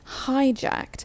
hijacked